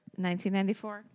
1994